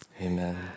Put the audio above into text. Amen